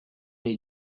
les